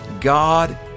God